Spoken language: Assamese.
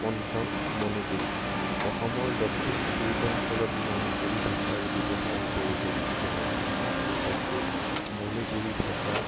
পঞ্চম মণিপুৰী অসমৰ দক্ষিণ পূৰ্বাঞ্চলত মণিপুৰী ভাষাৰ ব্যৱহাৰ পৰিলক্ষিত হয় বিশেষকৈ মণিপুৰী ভাষা